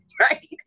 right